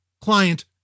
client